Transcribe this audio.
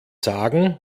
sagen